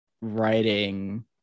writing